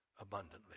abundantly